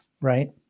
Right